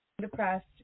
depressed